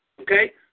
Okay